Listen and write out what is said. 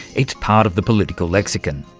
it's part of the political lexicon.